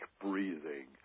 breathing